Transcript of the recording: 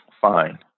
fine